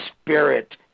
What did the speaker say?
spirit